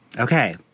Okay